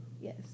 Yes